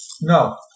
No